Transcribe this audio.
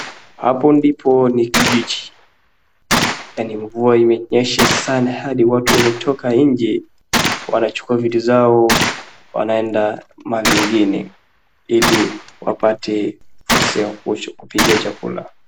Hapo ndipo ni kijiji na ni mvua imenyesha sana hadi watu wametoka nje, wanachukua vitu zao wanaenda mahali pengine, ili wapate sehemu tosha ya kupikia chakula.